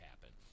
happen